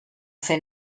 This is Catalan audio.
fer